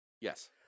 Yes